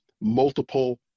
multiple